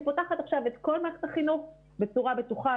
אני פותחת עכשיו את כל מערכת החינוך בצורה בטוחה,